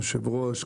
יושב הראש,